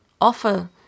offer